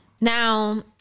Now